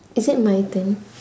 is it my turn